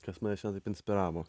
kas mane šiandien taip inspiravo